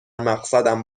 مقصدم